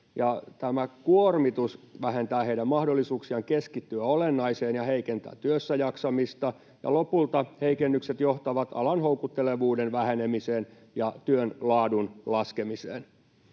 Tämä kuormitus vähentää heidän mahdollisuuksiaan keskittyä olennaiseen ja heikentää työssäjaksamista. Lopulta heikennykset johtavat alan houkuttelevuuden vähenemiseen ja työn laadun laskemiseen.